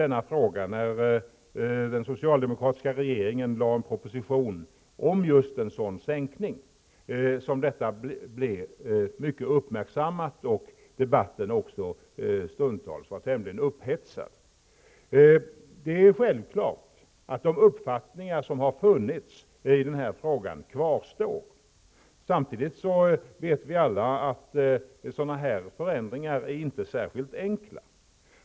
När den socialdemokratiska regeringen lade fram en proposition om just en sådan sänkning blev detta mycket uppmärksammat, och debatten var stundtals tämligen upphetsad. Det är självklart att de uppfattningar som har funnits i den här frågan kvarstår. Samtidigt vet vi alla att sådana här förändringar inte är särskilt enkla.